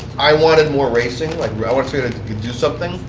i wanted more racing. like, i wanted toyota to do something.